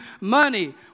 money